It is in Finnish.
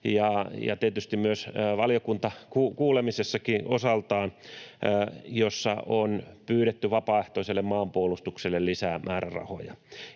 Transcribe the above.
ja tietysti osaltaan myös valiokuntakuulemisissakin, joissa on pyydetty vapaaehtoiselle maanpuolustukselle lisää määrärahoja.